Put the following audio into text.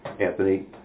Anthony